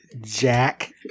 Jack